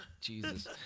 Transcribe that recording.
Jesus